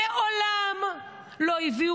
מעולם לא הביאו